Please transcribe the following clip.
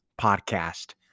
podcast